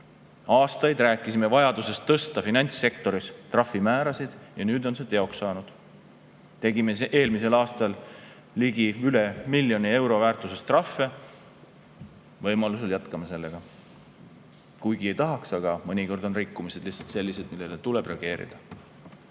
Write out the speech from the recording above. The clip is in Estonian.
Aastaid rääkisime vajadusest tõsta finantssektoris trahvimäärasid ja nüüd on see teoks saanud. Tegime eelmisel aastal üle miljoni euro väärtuses trahve. Võimaluse korral jätkame sellega. Kuigi ei tahaks, aga mõnikord on rikkumised lihtsalt sellised, millele tuleb reageerida.